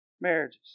marriages